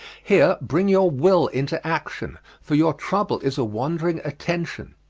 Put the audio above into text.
here bring your will into action, for your trouble is a wandering attention.